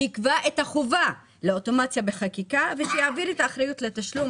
החוק יקבע את החובה לאוטומציה בחקיקה ויעביר את האחריות לתשלום